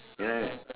ya